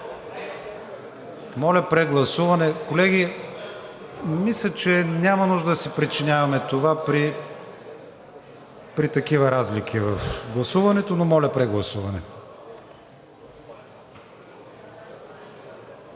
Моля, прегласуване. Колеги, мисля, че няма нужда да си причиняваме това при такива разлики в гласуването, но моля, прегласуване.